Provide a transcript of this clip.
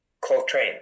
coltrane